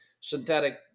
synthetic